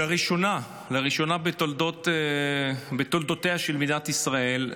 לראשונה בתולדותיה של מדינת ישראל,